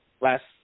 last